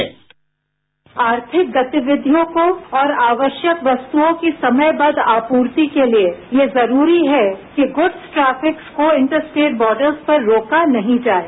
bite आर्थिक गतिविधियों को और आवश्यक वस्तुओं की समयबद्ध आपूर्ति के लिए ये जरूरी है कि गुड्स ट्रैफिक्स को इंटरस्टेट बार्डर्स पर रोका नहीं जाये